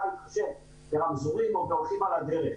להתחשב ברמזורים או בהולכים על הדרך.